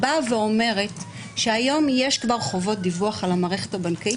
באה ואומרת שהיום כבר יש חובות דיווח על המערכת הבנקאית,